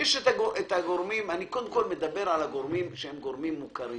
יש גורמים קודם כול אני מדבר על הגורמים שהם גורמים מוכרים